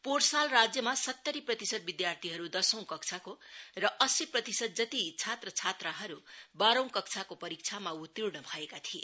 पोहोर साल राज्यमा सत्तरी प्रतिशत विध्यार्थीहरू दशौं कक्षाको र अस्सी प्रतिशत जति छात्र छात्राहरू बाह्रौं कक्षाको परीक्षामा उत्तीर्ण भएका थिए